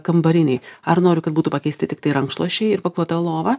kambarinei ar noriu kad būtų pakeisti tiktai rankšluosčiai ir paklota lova